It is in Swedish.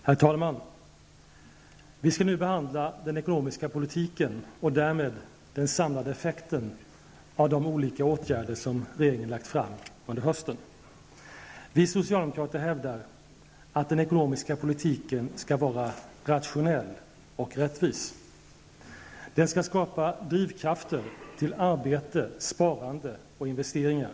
Herr talman! Vi skall nu behandla den ekonomiska politiken och därmed den samlade effekten av de olika åtgärder som regeringen lagt fram under hösten. Vi socialdemokrater hävdar att den ekonomiska politiken skall vara rationell och rättvis. Den skall skapa drivkraft till arbete, sparande och investeringar.